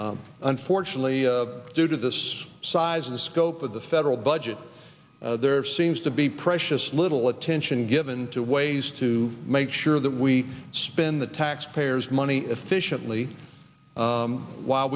unfortunately due to this size and scope of the federal by that there seems to be precious little attention given to ways to make sure that we spend the taxpayers money efficiently while